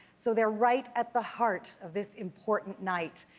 so they're right at the heart of this important night.